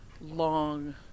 long